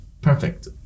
perfect